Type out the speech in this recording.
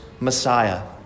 Messiah